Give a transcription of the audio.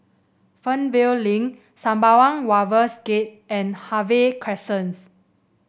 Fernvale Link Sembawang Wharves Gate and Harvey Crescents